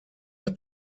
the